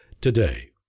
today